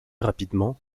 rapidement